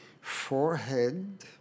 forehead